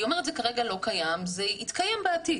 היא אומרת זה כרגע לא קיים, זה יתקיים בעתיד.